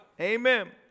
amen